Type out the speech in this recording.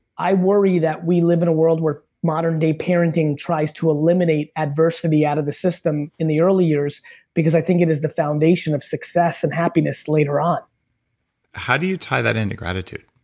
i worry that we live in a world where modern day parenting tries to eliminate adversity out of the system in the early years because i think it is the foundation of success and happiness later on how do you tie that into gratitude?